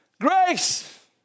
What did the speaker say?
grace